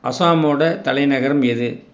அஸ்ஸாமோட தலைநகரம் எது